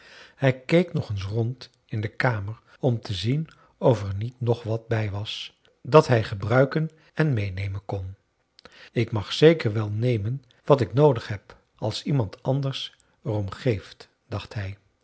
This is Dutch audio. hij keek nog eens rond in de kamer om te zien of er niet nog wat bij was dat hij gebruiken en meênemen kon ik mag zeker wel nemen wat ik noodig heb als niemand anders erom geeft dacht hij